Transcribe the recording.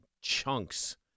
chunks